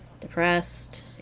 depressed